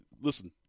listen